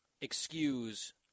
excuse